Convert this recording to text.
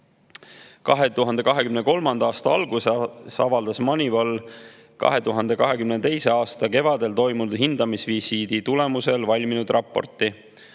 2023. aasta alguses avaldas Moneyval 2022. aasta kevadel toimunud hindamisvisiidi tulemusel valminud raporti.